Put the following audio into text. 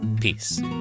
peace